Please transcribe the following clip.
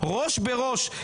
ראש בראש,